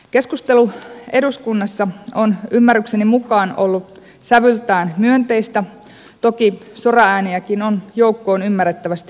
keskustelu eduskunnassa on ymmärrykseni mukaan ollut sävyltään myönteistä toki soraääniäkin on joukkoon ymmärrettävästi mahtunut